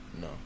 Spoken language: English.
No